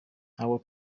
ntabwo